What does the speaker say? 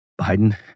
Biden